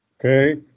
Okay